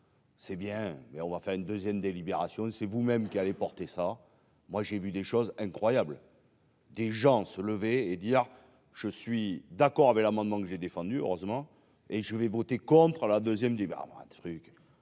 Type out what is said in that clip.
C'est bien, mais on va faire une 2ème délibération c'est vous-même qui allait porter ça, moi j'ai vu des choses incroyables. Des gens se lever et dire : je suis d'accord avec l'amendement que j'ai défendu heureusement et je vais voter contre la deuxième débat